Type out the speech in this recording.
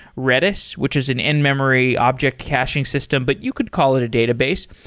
redis, which is an in-memory object caching system, but you could call it a database.